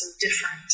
different